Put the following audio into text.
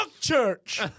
church